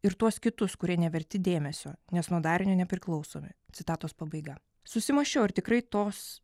ir tuos kitus kurie neverti dėmesio nes nuo darinio nepriklausomi citatos pabaiga susimąsčiau ar tikrai tos